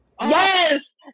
yes